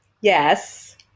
yes